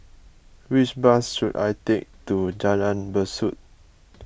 which bus should I take to Jalan Besut